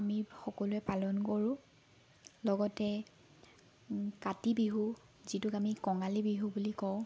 আমি সকলোৱে পালন কৰোঁ লগতে কাতি বিহু যিটোক আমি কঙালী বিহু বুলি কওঁ